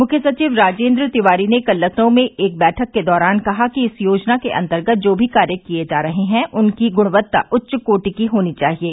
मुख्य सचिव राजेन्द्र तिवारी ने कल लखनऊ में एक बैठक के दौरान कहा कि इस योजना के अन्तर्गत जो भी कार्य किये जा रहे है उनकी गुणवत्ता उच्चकोटि की होनी चाहिये